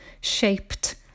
shaped